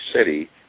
City